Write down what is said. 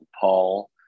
Paul